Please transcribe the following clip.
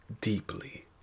deeply